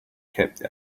kept